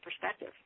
perspective